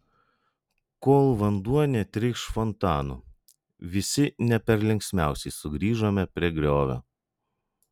kol vanduo netrykš fontanu visi ne per linksmiausi sugrįžome prie griovio